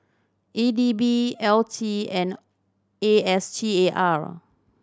E D B L T and A S T A R